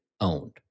owned